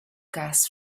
gas